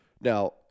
Now